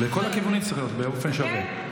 לכל הכיוונים זה צריך להיות, באופן שווה.